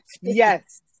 Yes